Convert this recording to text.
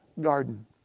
garden